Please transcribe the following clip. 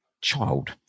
child